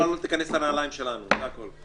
שהממשלה לא תיכנס לנעלים שלנו, זה הכול.